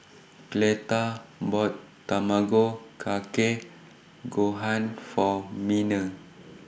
Cleta bought Tamago Kake Gohan For Miner